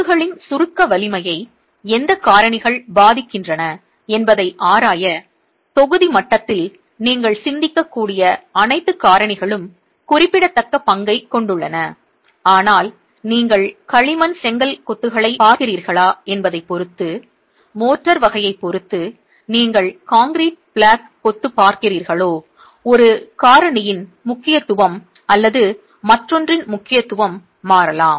கொத்துகளின் சுருக்க வலிமையை எந்த காரணிகள் பாதிக்கின்றன என்பதை ஆராய தொகுதி மட்டத்தில் நீங்கள் சிந்திக்கக்கூடிய அனைத்து காரணிகளும் குறிப்பிடத்தக்க பங்கைக் கொண்டுள்ளன ஆனால் நீங்கள் களிமண் செங்கல் கொத்துகளைப் பார்க்கிறீர்களா என்பதைப் பொறுத்து மோர்டார் வகையைப் பொறுத்து நீங்கள் கான்கிரீட் பிளாக் கொத்து பார்க்கிறீர்களோ ஒரு காரணியின் முக்கியத்துவம் அல்லது மற்றொன்றின் முக்கியத்துவம் மாறலாம்